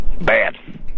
bad